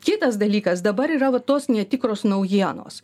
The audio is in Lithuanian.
kitas dalykas dabar yra va tos netikros naujienos